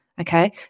Okay